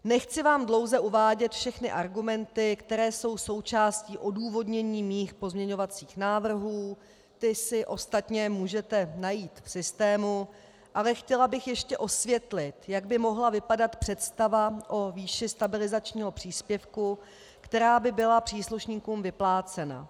Nechci vám dlouze uvádět všechny argumenty, které jsou součástí odůvodnění mých pozměňovacích návrhů, ty si ostatně můžete najít v systému, ale chtěla bych ještě osvětlit, jak by mohla vypadat představa o výši stabilizačního příspěvku, která by byla příslušníků vyplácena.